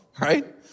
right